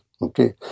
Okay